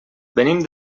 venim